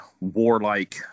warlike